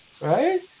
right